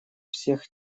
всех